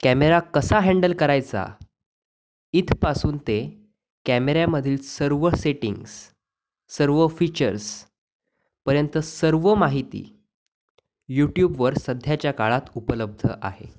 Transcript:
camera कसा handle करायचा इथपासून ते कॅमेऱ्यामधील सर्व सेटिंग्स सर्व फीचर्सपर्यंत सर्व माहिती युट्युबवर सध्याच्या काळात उपलब्ध आहे